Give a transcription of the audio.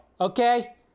okay